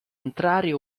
entrare